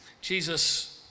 Jesus